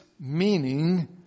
meaning